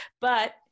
but-